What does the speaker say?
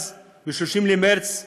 אז ב-30 במרס 1976,